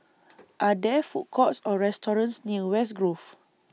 Are There Food Courts Or restaurants near West Grove